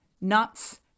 nuts